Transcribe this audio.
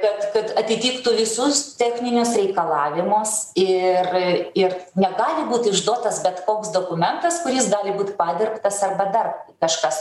kad kad atitiktų visus techninius reikalavimus ir ir negali būt išdotas bet koks dokumentas kuris gali būt padirbtas arba dar kažkas